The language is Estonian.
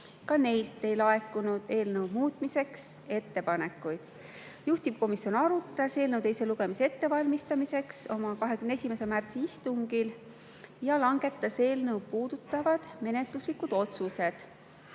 Ka neilt ei laekunud eelnõu muutmiseks ettepanekuid. Juhtivkomisjon arutas eelnõu teise lugemise ettevalmistamiseks oma 21. märtsi istungil ja langetas eelnõu puudutavad menetluslikud otsused.